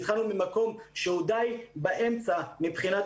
התחלנו ממקום שהוא די באמצע מבחינת